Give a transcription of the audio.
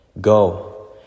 go